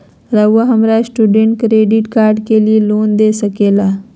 रहुआ हमरा student credit card के लिए लोन दे सके ला?